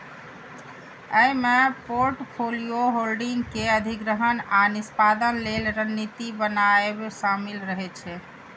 अय मे portfolio holding के अधिग्रहण आ निष्पादन लेल रणनीति बनाएब शामिल रहे छै